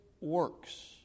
works